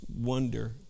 wonder